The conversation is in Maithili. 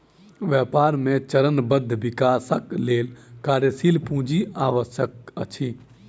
व्यापार मे चरणबद्ध विकासक लेल कार्यशील पूंजी आवश्यक अछि